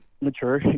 mature